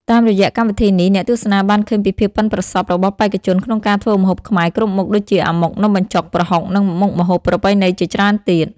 តាមរយៈកម្មវិធីនេះ អ្នកទស្សនាបានឃើញពីភាពប៉ិនប្រសប់របស់បេក្ខជនក្នុងការធ្វើម្ហូបខ្មែរគ្រប់មុខ ដូចជា អាម៉ុក នំបញ្ចុក ប្រហុក និងមុខម្ហូបប្រពៃណីជាច្រើនទៀត។